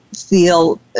feel